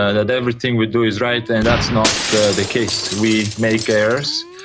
ah that everything we do is right, and that's not the the case, we make errors,